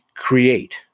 create